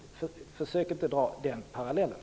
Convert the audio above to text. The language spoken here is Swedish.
Försök inte dra den parallellen!